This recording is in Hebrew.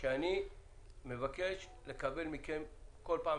שאני מבקש לקבל מכם כל פעם